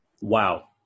Wow